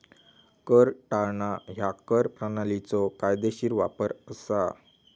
कर टाळणा ह्या कर प्रणालीचो कायदेशीर वापर असा